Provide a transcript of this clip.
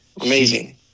Amazing